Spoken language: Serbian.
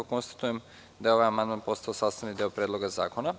Konstatujem da je ovaj amandman postao sastavni deo Predloga zakona.